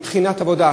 מבחינת עבודה,